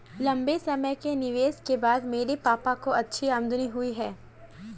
लंबे समय के निवेश के बाद मेरे पापा को अच्छी आमदनी हुई है